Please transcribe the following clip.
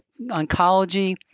oncology